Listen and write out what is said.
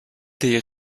des